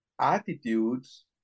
Attitudes